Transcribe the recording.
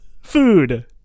food